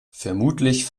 vermutlich